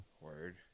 Word